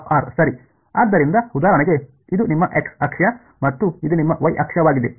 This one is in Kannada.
ಆದ್ದರಿಂದ ಉದಾಹರಣೆಗೆ ಇದು ನಿಮ್ಮ x ಅಕ್ಷ ಮತ್ತು ಇದು ನಿಮ್ಮ y ಅಕ್ಷವಾಗಿದೆ